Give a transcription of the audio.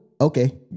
okay